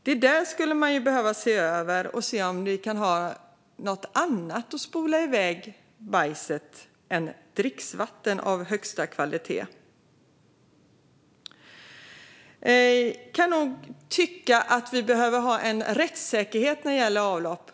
Det där skulle man behöva se över och ta reda på om vi kan ha något annat att spola iväg bajset med än dricksvatten av högsta kvalitet. Jag kan tycka att vi behöver ha en rättssäkerhet när det gäller avlopp.